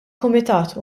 kumitat